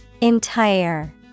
Entire